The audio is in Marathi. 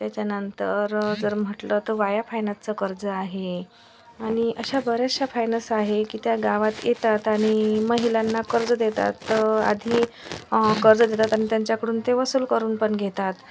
त्याच्यानंतर जर म्हटलं तर वाया फायनान्सचं कर्ज आहे आणि अशा बऱ्याचशा फायनास आहे की त्या गावात येतात आणि महिलांना कर्ज देतात आधी कर्ज देतात आणि त्यांच्याकडून ते वसूल करून पण घेतात